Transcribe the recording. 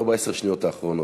לא בעשר השניות האחרונות,